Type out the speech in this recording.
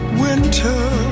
winter